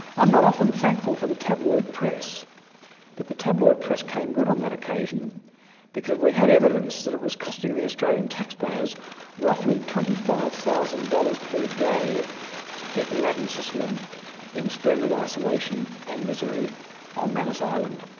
i'm not often thankful for the tabloid press but the tabloid press came good on that occasion because we had evidence that it was costing the australian taxpayers roughly twenty five thousand dollars per day to keep aladdin sisalem in splendid isolation and misery on manus island.